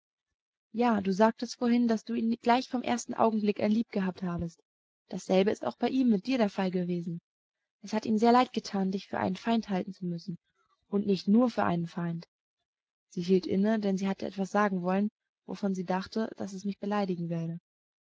ja du sagtest vorhin daß du ihn gleich vom ersten augenblicke an lieb gehabt habest dasselbe ist auch bei ihm mit dir der fall gewesen es hat ihm sehr leid getan dich für einen feind halten zu müssen und nicht nur für einen feind sie hielt inne denn sie hatte etwas sagen wollen wovon sie dachte daß es mich beleidigen werde